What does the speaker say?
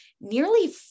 Nearly